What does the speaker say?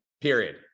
Period